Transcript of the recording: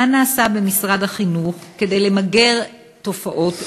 מה נעשה במשרד החינוך כדי למגר תופעות אלה,